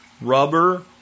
rubber